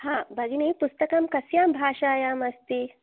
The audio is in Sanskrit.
हा भगिनि पुस्तकं कस्यां भाषायम् अस्ति